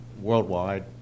worldwide